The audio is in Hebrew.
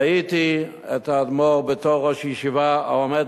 ראיתי את האדמו"ר בתור ראש ישיבה העומד